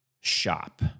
shop